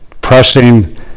pressing